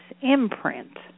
imprint